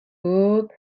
بود